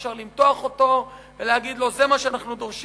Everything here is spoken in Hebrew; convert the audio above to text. אפשר למתוח אותו ולהגיד לו: זה מה שאנחנו דורשים,